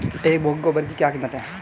एक बोगी गोबर की क्या कीमत है?